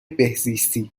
بهزیستی